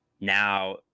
now –